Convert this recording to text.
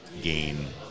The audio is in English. gain